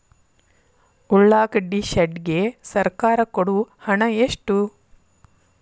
ಉಳ್ಳಾಗಡ್ಡಿ ಶೆಡ್ ಗೆ ಸರ್ಕಾರ ಕೊಡು ಹಣ ಎಷ್ಟು?